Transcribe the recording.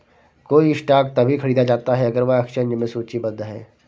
कोई स्टॉक तभी खरीदा जाता है अगर वह एक्सचेंज में सूचीबद्ध है